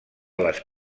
les